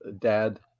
Dad